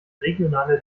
regionale